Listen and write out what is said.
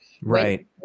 Right